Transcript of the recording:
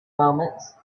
moments